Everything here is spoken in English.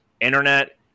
internet